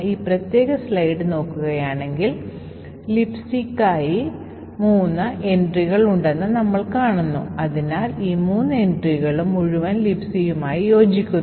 സാഭാവികമായി കാനറികളെ പിന്തുണയ്ക്കാത്ത GCCയുടെ പതിപ്പുകളിൽ കാനറികൾ പ്രവർത്തനക്ഷമമാക്കുന്നതിന് നിങ്ങൾക്ക് Compilation ഓപ്ഷൻ ആയ f stack protector എന്ന കമാൻഡ് ചേർക്കാം